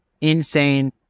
insane